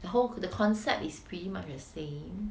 the whole the concept is pretty much the same